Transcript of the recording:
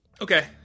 Okay